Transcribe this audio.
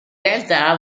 realtà